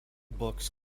books